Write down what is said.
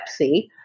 Pepsi